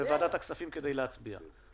בוועדת הכספים כדי להצביע.